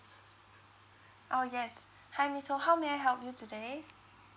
orh yes hi miss ho how may I help you today